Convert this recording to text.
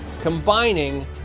combining